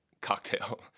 cocktail